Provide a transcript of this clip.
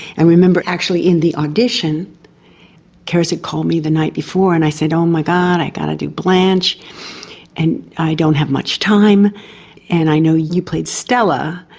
i remember actually in the audition caris had called me the night before and i said oh my god, i've got to do blanche and i don't have much time and i know you played stella,